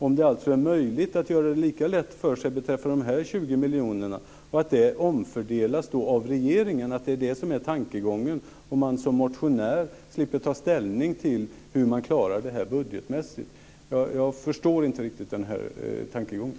Jag vet inte om det är möjligt att göra det lika lätt för sig beträffande de här 20 miljonerna och att tankegången är att de då ska omfördelas av regeringen, varigenom man som motionär skulle slippa ta ställning till hur detta klaras budgetmässigt. Jag förstår inte riktigt den här tankegången.